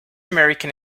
american